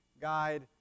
guide